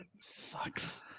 Sucks